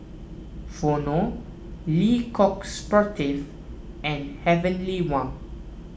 Vono Le Coq Sportif and Heavenly Wang